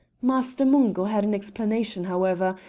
master mungo had an explanation, however,